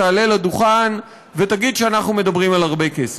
תעלה לדוכן ותגיד שאנחנו מדברים על הרבה כסף.